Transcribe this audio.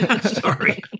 Sorry